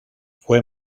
fue